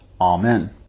Amen